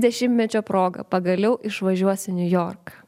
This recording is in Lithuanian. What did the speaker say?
dešimtmečio proga pagaliau išvažiuos į niujorką